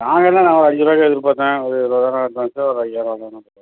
நாங்கள் என்னங்க ஒரு அஞ்சு ரூபாய்க்கு எதிர்பார்த்தேன் ஒரு இருபதாயிரம் அட்வான்ஸு ஒரு ஐயாயிரம்